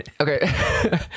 okay